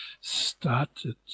started